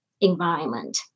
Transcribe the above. environment